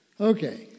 Okay